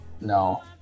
No